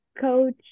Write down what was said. coach